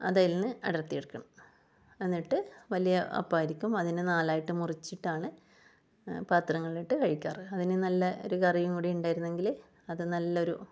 അത് അതിൽനിന്ന് അടർത്തിയെടുക്കണം എന്നിട്ട് വലിയ അപ്പമായിരിക്കും അതിനെ നാലായിട്ട് മുറിച്ചിട്ടാണ് പാത്രങ്ങളിലിട്ട് കഴിക്കാറ് അതിന് നല്ല ഒരു കറിയും കൂടെ ഉണ്ടായിരുന്നെങ്കിൽ അത് നല്ലൊരു